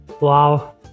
Wow